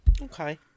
Okay